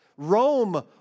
Rome